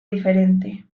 diferente